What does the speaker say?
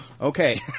Okay